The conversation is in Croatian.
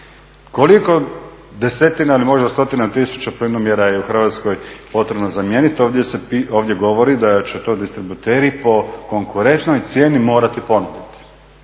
Koliko desetina ili možda stotina tisuća plinomjera je u Hrvatskoj potrebno zamijeniti. Ovdje govori da će to distributeri po konkurentnoj cijeni morati ponuditi,